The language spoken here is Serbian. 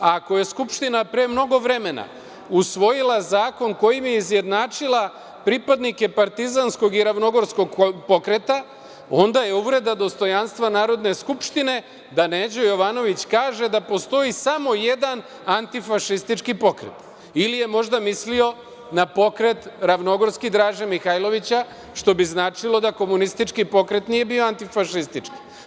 Ako je Skupština pre mnogo vremena usvojila zakon kojim je izjednačila pripadnike partizanskog i ravnogorskog pokreta onda je uvreda dostojanstva Narodne skupštine da Neđo Jovanović kaže da postoji samo jedan antifaštistički pokret ili je možda mislio na pokret ravnogorski Draže Mihailovića, što bi značilo da komunistički pokret nije bio antifašistički.